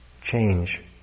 change